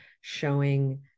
showing